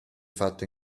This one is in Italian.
fatto